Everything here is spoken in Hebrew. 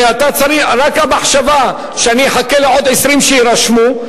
שרק המחשבה שאני אחכה לעוד 20 שיירשמו,